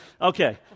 Okay